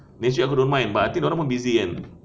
legit aku don't mind but I think dia orang pun busy kan